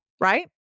right